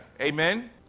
Amen